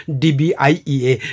dbiea